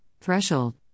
threshold